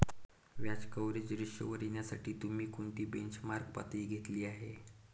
व्याज कव्हरेज रेशोवर येण्यासाठी तुम्ही कोणती बेंचमार्क पातळी घेतली आहे?